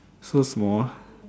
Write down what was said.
so small